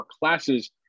classes